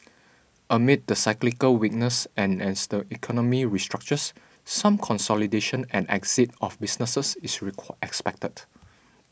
amid the cyclical weakness and as the economy restructures some consolidation and exit of businesses is expected